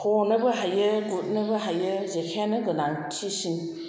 हनोबो हायो गुथनोबो हायो जेखाइयानो गोनांथिसिन